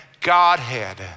Godhead